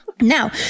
Now